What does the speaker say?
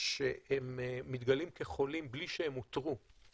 שמתגלים כחולים בלי שהם אותרו,